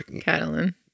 Catalan